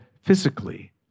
physically